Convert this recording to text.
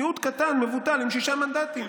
מיעוט קטן ומבוטל עם שישה מנדטים.